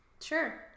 Sure